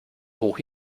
hoch